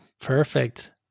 Perfect